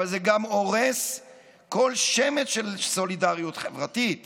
אבל זה גם הורס כל שמץ של סולידריות חברתית